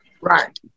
Right